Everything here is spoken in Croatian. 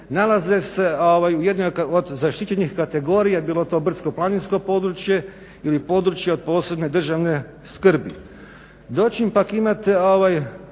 nalaze se u jednoj od zaštićenih kategorija, bilo to brdsko-planinsko područje ili PPDS, dočim pak